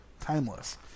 timeless